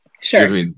Sure